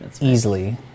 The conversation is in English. easily